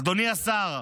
אדוני השר,